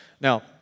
Now